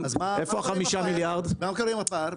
איפה חמישה המיליארד הנוספים?